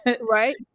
right